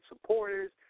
supporters